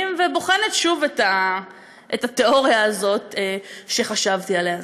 ובוחנת שוב את התיאוריה הזאת שחשבתי עליה.